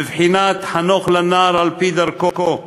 בבחינת חנוך לנער על-פי דרכו,